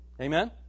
Amen